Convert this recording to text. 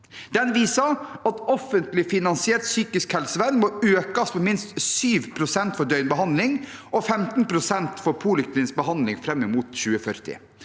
Den viser at offentlig finansiert psykisk helsevern må økes med minst 7 pst. for døgnbehandling og 15 pst. for poliklinisk behandling fram mot 2040.